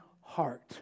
heart